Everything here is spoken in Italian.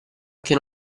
che